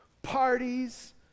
Parties